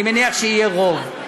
אני מניח שיהיה רוב.